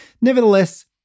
Nevertheless